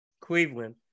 Cleveland